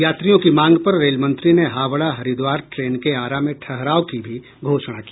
यात्रियों की मांग पर रेलमंत्री ने हावड़ हरिद्वार ट्रेन के आरा में ठहराव की घोषणा की